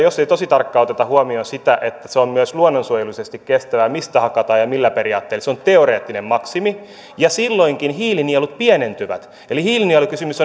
jos ei tosi tarkkaan oteta huomioon sitä että se on myös luonnonsuojelullisesti kestävää mistä hakataan ja millä periaatteella se on teoreettinen maksimi ja silloinkin hiilinielut pienentyvät eli hiilinielukysymys